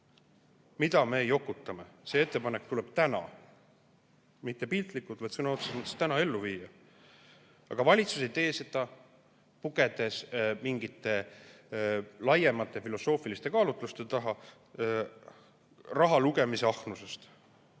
Mida me jokutame? See ettepanek tuleb täna, mitte piltlikus mõttes täna, vaid sõna otseses mõttes täna ellu viia. Aga valitsus ei tee seda, pugedes mingite laiemate filosoofiliste kaalutluste taha rahalugemisest ja ahnusest.